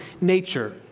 nature